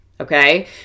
Okay